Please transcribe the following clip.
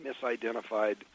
misidentified